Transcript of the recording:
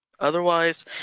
Otherwise